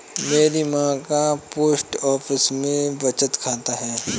मेरी मां का पोस्ट ऑफिस में बचत खाता है